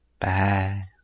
Bye